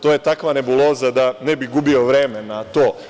To je takva nebuloza da ne bih gubio vreme na to.